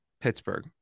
Pittsburgh